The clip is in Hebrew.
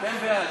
אתם בעד.